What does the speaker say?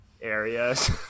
areas